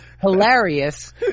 hilarious